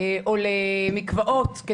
או למקוואות,